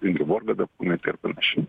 ingeborga dapkūnaitė ir panašiai